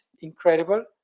incredible